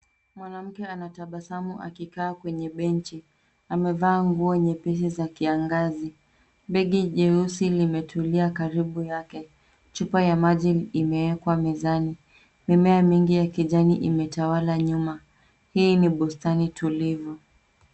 Mwanamke anatabasamu akikaa kwenye bench .Amevaa nguo nyepesi za kiangazi. Begi jeusi limetulia karibu yake. Chupa ya maji imeekwa mezani. Mimea mingi ya kijani imetawala nyuma. Hii ni bustani tulivu.